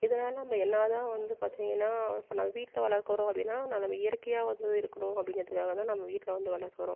இதனால் நம்ப என்னதான் வந்து பார்த்திங்கன்னா நம்ம வீட்டில் வளர்க்குறோம் அப்படினா நாம இயற்கையாக வந்து இருக்கணும் அப்படிங்கிறத்துகாக தான் நம்ம வீட்டில் வந்து வளர்க்குறோம்